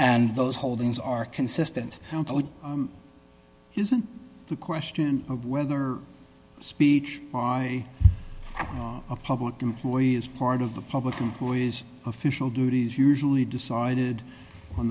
and those holdings are consistent isn't the question of whether or speech by a public employee as part of the public employees official duties usually decided on